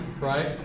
right